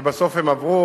ובסוף הם עברו,